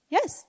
Yes